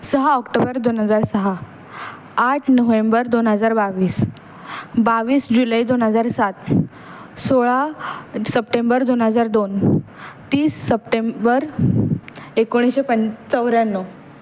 सहा ऑक्टोबर दोन हजार सहा आठ नोव्हेंबर दोन हजार बावीस बावीस जुलै दोन हजार सात सोळा सप्टेंबर दोन हजार दोन तीस सप्टेंबर एकोणीशे पं चौऱ्याण्णव